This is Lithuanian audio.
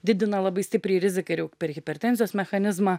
didina labai stipriai riziką ir jau per hipertenzijos mechanizmą